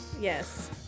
yes